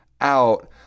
out